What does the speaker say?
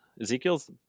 Ezekiel's